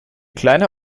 kleine